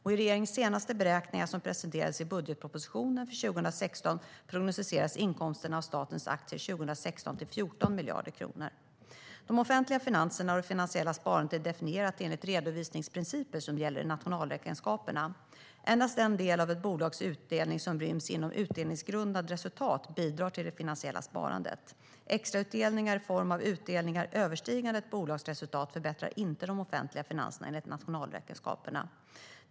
I regeringens senaste beräkning, som presenterades i budgetpropositionen för 2016, prognostiserades inkomsterna av statens aktier 2016 till 14 miljarder kronor. De offentliga finanserna och det finansiella sparandet är definierat enligt de redovisningsprinciper som gäller för nationalräkenskaperna. Endast den del av ett bolags utdelning som ryms inom utdelningsgrundande resultat bidrar till det finansiella sparandet. Extrautdelningar i form av utdelningar överstigande ett bolags resultat förbättrar inte de offentliga finanserna enligt nationalräkenskaperna.